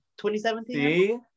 2017